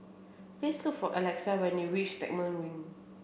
please look for Alexa you reach Stagmont Ring